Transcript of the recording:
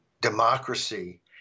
democracy